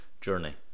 journey